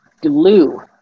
glue